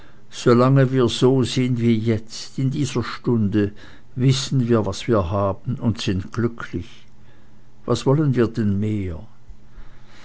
solange wir so sind wie jetzt in dieser stunde wissen wir was wir haben und sind glücklich was wollen wir denn mehr